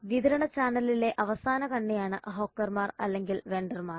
വിതരണ ചാനലിലെ അവസാന കണ്ണിയാണ് ഹോക്കർമാർ അല്ലെങ്കിൽ വെണ്ടർമാർ